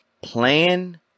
Plan